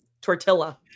Tortilla